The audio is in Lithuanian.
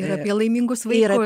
ir apie laimingus vaikus